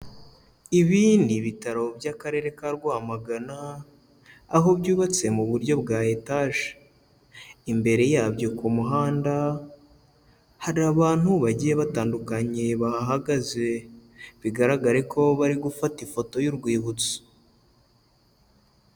Ibi ni ibitaro by'Akarere ka Rwamagana, aho byubatse mu buryo bwa etaje, imbere yabyo ku muhanda hari abantu bagiye batandukanye bahahagaze, bigaragare ko bari gufata ifoto y'urwibutso.